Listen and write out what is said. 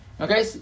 Okay